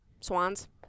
Swans